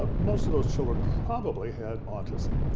but most of those children probably had autism.